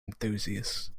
enthusiasts